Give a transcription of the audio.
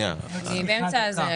יהיו היום הצבעות?